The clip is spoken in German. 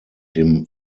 dem